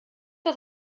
das